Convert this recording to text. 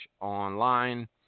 online